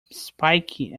spiky